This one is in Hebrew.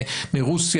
מרוסיה,